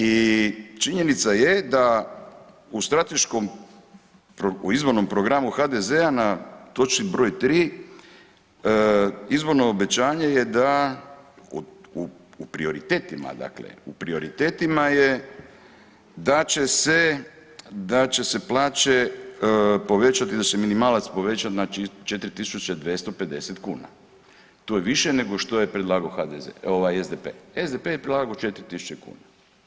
I činjenica je da u strateškom, u izvornom programu HDZ-a na točci br. 3. izborno obećanje je da u prioritetima dakle, u prioritetima je da će se, da će se plaće povećati, da će se minimalac povećati na 4.250 kuna, to je više nego što je predlagao HDZ ovaj SDP, SDP je predlagao 4.000 kuna.